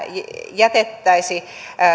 jätettäisi